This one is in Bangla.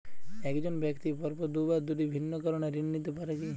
এক জন ব্যক্তি পরপর দুবার দুটি ভিন্ন কারণে ঋণ নিতে পারে কী?